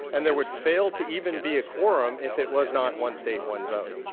and there would fail to even be a quorum if it was not one state, one vote.